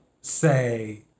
say